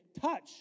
touch